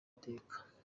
mateka